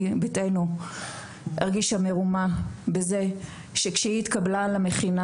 בתנו, הרגישה מרומה, בכך שכשהיא התקבלה למכינה